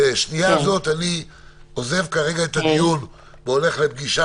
אני עוזב כרגע את הדיון והולך לפגישה